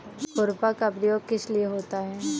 खुरपा का प्रयोग किस लिए होता है?